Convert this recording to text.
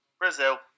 Brazil